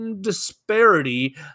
disparity